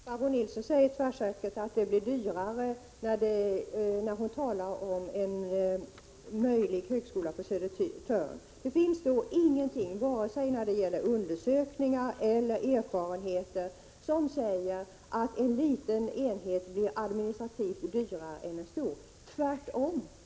Herr talman! Barbro Nilsson säger tvärsäkert att det blir dyrare med en högskola på Södertörn. Men det finns ingenting i form av vare sig undersökningar eller erfarenheter som säger att en liten enhet blir administrativt dyrare än en stor — tvärtom.